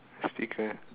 speaker